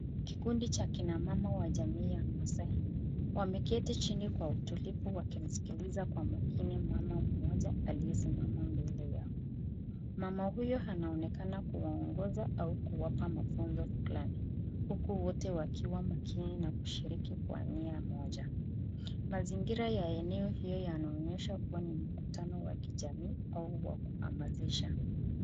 Kikundi cha kina mama wa jamii ya Maasai wameketi chini kwa utulivu wakimsikiliza kwa makini mama mmoja aliyesimama mbele yao . Mama huyo anaonekana kuwaongoza au kuwapa mafunzo fulani huku wote wakiwa makini na kushiriki kwa nia moja . Mazingira ya eneo hiyo yanaonyesha kuwa ni mkutano wa kijamii au wa kuhamasisha .